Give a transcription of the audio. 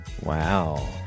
Wow